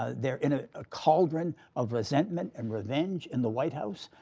ah they're in ah a cauldron of resentment and revenge in the white house.